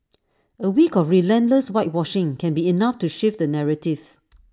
A week of relentless whitewashing can be enough to shift the narrative